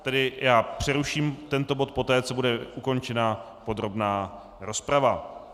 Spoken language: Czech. Tedy já přeruším tento bod poté, co bude ukončena podrobná rozprava.